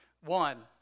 One